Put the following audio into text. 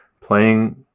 playing